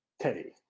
Teddy